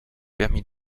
permis